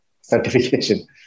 certification